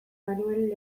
manuel